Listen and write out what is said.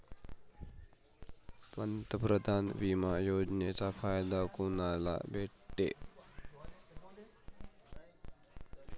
पंतप्रधान बिमा योजनेचा फायदा कुनाले भेटतो?